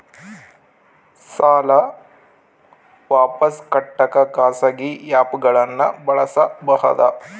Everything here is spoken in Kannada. ಸಾಲ ವಾಪಸ್ ಕಟ್ಟಕ ಖಾಸಗಿ ಆ್ಯಪ್ ಗಳನ್ನ ಬಳಸಬಹದಾ?